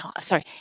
sorry